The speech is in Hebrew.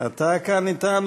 אתה כאן אתנו.